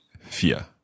vier